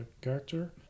character